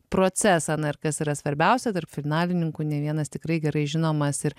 procesą na ir kas yra svarbiausia tarp finalininkų ne vienas tikrai gerai žinomas ir